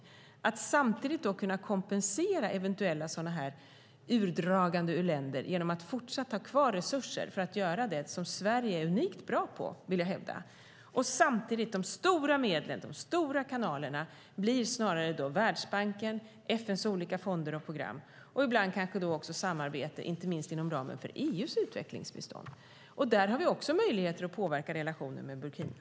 Det handlar om att samtidigt kunna kompensera för sådana här eventuella utfasningar i länder genom att fortsatt ha kvar resurser för att göra det som Sverige är unikt bra på, vill jag hävda. De stora medlen och de stora kanalerna blir snarare då Världsbanken och FN:s olika fonder och program. Ibland är det kanske också samarbete, inte minst inom ramen för EU:s utvecklingsbistånd. Där har vi också möjligheter att påverka relationen med Burkina.